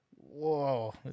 Whoa